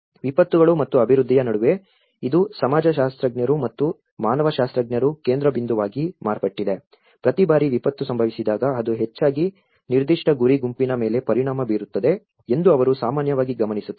ವಿಪತ್ತುಗಳು ಮತ್ತು ಅಭಿವೃದ್ಧಿಯ ನಡುವೆ ಇದು ಸಮಾಜಶಾಸ್ತ್ರಜ್ಞರು ಮತ್ತು ಮಾನವಶಾಸ್ತ್ರಜ್ಞರ ಕೇಂದ್ರಬಿಂದುವಾಗಿ ಮಾರ್ಪಟ್ಟಿದೆ ಪ್ರತಿ ಬಾರಿ ವಿಪತ್ತು ಸಂಭವಿಸಿದಾಗ ಅದು ಹೆಚ್ಚಾಗಿ ನಿರ್ದಿಷ್ಟ ಗುರಿ ಗುಂಪಿನ ಮೇಲೆ ಪರಿಣಾಮ ಬೀರುತ್ತದೆ ಎಂದು ಅವರು ಸಾಮಾನ್ಯವಾಗಿ ಗಮನಿಸುತ್ತಾರೆ